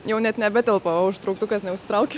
jau net nebetelpa o užtrauktukas neužsitraukia